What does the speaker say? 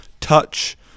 touch